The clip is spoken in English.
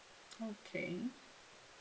okay